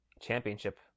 championship